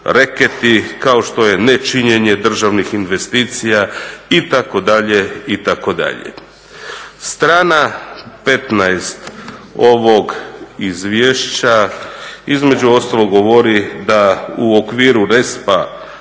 reketi, kao što je nečinjenje državnih investicija itd., itd. Strana 15. ovog izvješća između ostalog govori da u okviru RESPO-a